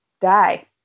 die